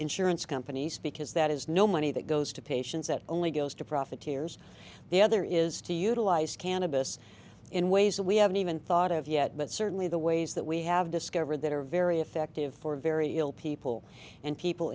insurance companies because that is no money that goes to patients that only goes to profiteers the other is to utilize cannabis in ways that we haven't even thought of yet but certainly the ways that we have discovered that are very effective for very ill people and people